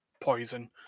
poison